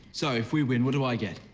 so if we win, what do i get?